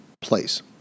place